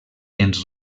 ens